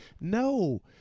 No